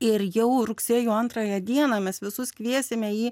ir jau rugsėjo antrąją dieną mes visus kviesime į